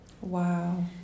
Wow